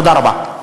תודה רבה.